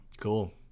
Cool